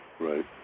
Right